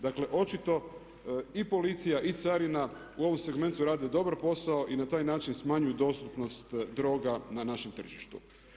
Dakle, očito i policija i carina u ovom segmentu rade dobar posao i na taj način smanjuju dostupnost droga na našem tržištu.